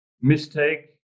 mistake